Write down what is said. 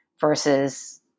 versus